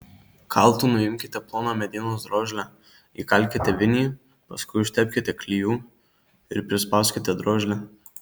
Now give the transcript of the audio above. kaltu nuimkite ploną medienos drožlę įkalkite vinį paskui užtepkite klijų ir prispauskite drožlę